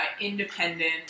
independent